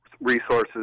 resources